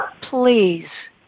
please